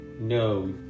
No